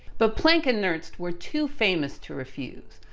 but planck and nernst were too famous to refuse.